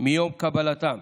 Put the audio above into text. מיום קבלתם.